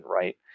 right